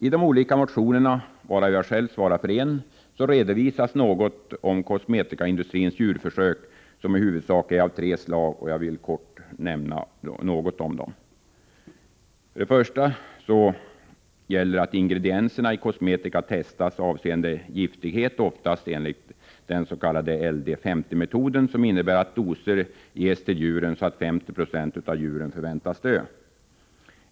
I de olika motionerna, varav jag själv svarar för en, redovisas något om kosmetikaindustrins djurförsök, som i huvudsak är av tre slag, vilka jag kortfattat vill omnämna. Ingredienserna i kosmetika testas avseende giftighet, oftast enligt den s.k. LD 50-metoden, som innebär att doser ges till djuren, så att 50 20 av djuren förväntas dö.